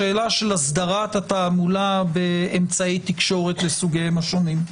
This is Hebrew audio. השאלה של אסדרת התעמולה באמצעי תקשורת לסוגיהם השונים,